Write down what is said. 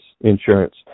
insurance